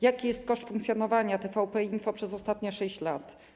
Jaki jest koszt funkcjonowania TVP Info przez ostatnie 6 lat?